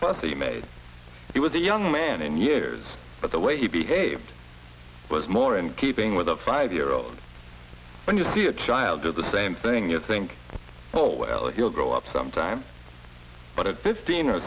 the mates he was a young man in years but the way he behaved was more in keeping with the five year old when you see a child do the same thing you think oh well he'll grow up sometime but at fifteen or